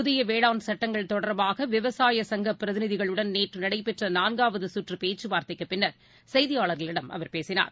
புதியவேளாண் சட்டங்கள் தொடர்பாகவிவசாயசங்கபிரதிநிதிகளுடன் நேற்றுநடைபெற்றநான்காவதுசுற்றுப் பேச்சுவார்தைக்குபின்னா் செய்தியாளா்களிடம் அவர் பேசினார்